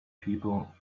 people